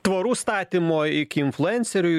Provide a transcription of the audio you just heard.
tvorų statymo iki influencerių